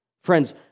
Friends